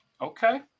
Okay